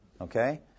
Okay